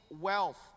wealth